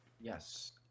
Yes